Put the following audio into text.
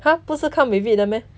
!huh! 不是 come with it 的 meh